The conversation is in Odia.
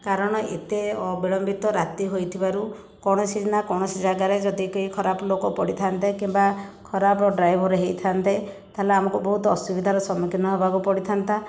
କାରଣ ଏତେ ବିଳମ୍ବିତ ରାତି ହୋଇଥିବାରୁ କୌଣସି ନା କୌଣସି ଜାଗାରେ ଯଦି କେହି ଖରାପ ଲୋକ ପଡ଼ିଥାନ୍ତେ କିମ୍ବା ଖରାପ ଡ୍ରାଇଭର ହେଇଥାନ୍ତେ ତା'ହେଲେ ଆମକୁ ବହୁତ ଅସୁବିଧାର ସମ୍ମୁଖୀନ ହେବାକୁ ପଡ଼ିଥାନ୍ତା